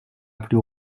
plus